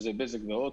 בזק והוט.